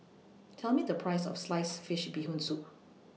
Tell Me The Price of Sliced Fish Bee Hoon Soup